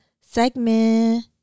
segment